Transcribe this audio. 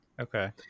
okay